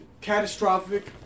catastrophic